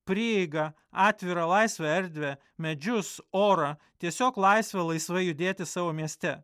prieigą atvirą laisvą erdvę medžius orą tiesiog laisvę laisvai judėti savo mieste